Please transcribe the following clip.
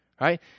right